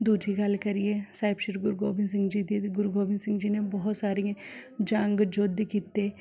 ਦੂਜੀ ਗੱਲ ਕਰੀਏ ਸਾਹਿਬ ਸ਼੍ਰੀ ਗੁਰੂ ਗੋਬਿੰਦ ਸਿੰਘ ਜੀ ਦੀ ਗੁਰੂ ਗੋਬਿੰਦ ਸਿੰਘ ਜੀ ਨੇ ਬਹੁਤ ਸਾਰੀਂ ਜੰਗ ਯੁੱਧ ਕੀਤੇ